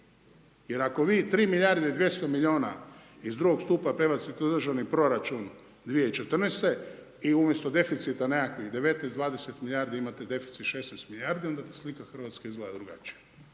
Jer ako vi 3 milijarde i 200 miliona iz drugog stupa prebacite u državni proračun 2014. i umjesto deficita nekakvih 19, 20 milijardi imate deficit 16 milijardi onda ta slika Hrvatske izgleda drugačije.